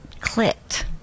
clicked